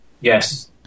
yes